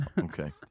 Okay